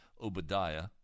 Obadiah